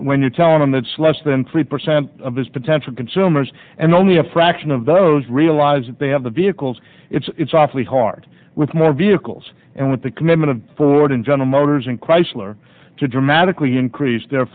when you tell them that's less than three percent of this potential consumers and only a fraction of those realize that they have the vehicles it's awfully hard with more vehicles and with the commitment of ford and general motors and chrysler to dramatically increase their